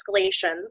escalations